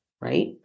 right